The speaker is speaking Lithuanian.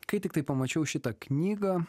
kai tiktai pamačiau šitą knygą